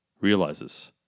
realizes